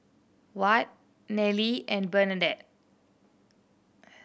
Ward Nelly and Bernadette